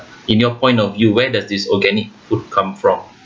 in your point of view where does this organic food come from